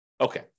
Okay